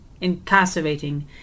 incarcerating